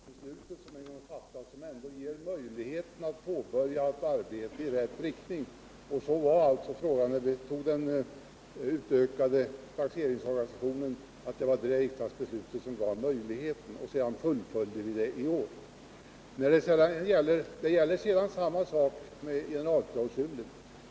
Herr talman! Det är klart att det är det riksdagsbeslut som är fattat som ger möjligheter att påbörja ett arbete i rätt riktning. Det var det också fråga om när vi antog förslaget om den utökade taxeringsorganisationen: vi ansåg att det var ett riksdagsbeslut som gav möjligheten, och sedan fullföljde vi det i år. Samma sak gäller sedan med generalklausulen.